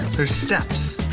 there's steps.